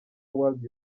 world